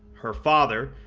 her father,